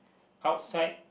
outside